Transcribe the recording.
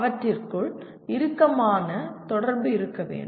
அவற்றிற்குள் இறுக்கமான தொடர்பு இருக்க வேண்டும்